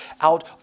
out